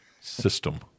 system